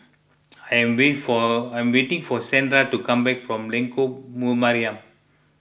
I am wait for I am waiting for Shandra to come back from Lengkok Mariam